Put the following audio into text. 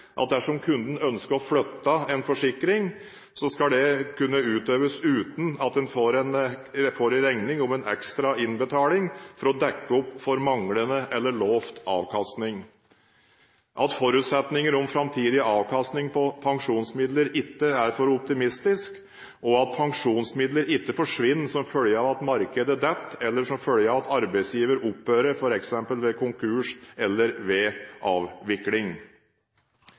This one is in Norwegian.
at dersom kundene ønsker å flytte en forsikring, skal det kunne utøves uten at en får en regning om ekstra innbetaling for å dekke opp for manglende eller lovt avkastning, at forutsetningene for framtidig avkastning på pensjonsmidler ikke er for optimistisk, og at pensjonsmidler ikke forsvinner som følge av at markedet faller, eller som følge av at arbeidsgiver opphører, f.eks. ved konkurs eller ved avvikling.